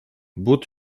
but